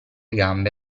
gambe